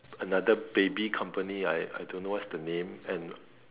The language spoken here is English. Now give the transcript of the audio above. another baby company I I don't know what's the name and